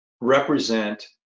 represent